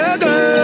girl